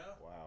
wow